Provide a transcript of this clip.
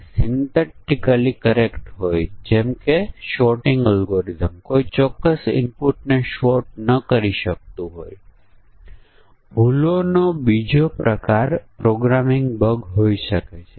અને જો ડિપોઝિટ 1 લાખથી વધુ હોય તો પછી 1 વર્ષથી ઓછી 1 થી 3 વર્ષ અથવા 3 વર્ષ અથવા તેથી વધુની વચ્ચેના આધારે તેના વ્યાજ દર 7 ટકા 8 ટકા 9 ટકા છે